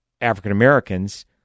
African-Americans